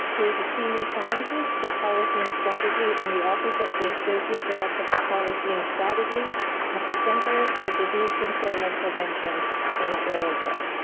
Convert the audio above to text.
who is a senior scientist for policy and strategy in the office of the associate director for policy and strategy at the centers for disease control and prevention in atlanta.